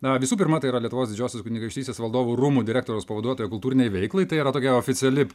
na visų pirma tai yra lietuvos didžiosios kunigaikštystės valdovų rūmų direktoriaus pavaduotoja kultūrinei veiklai tai yra tokia oficiali